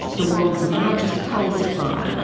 the world's largest coal supplier,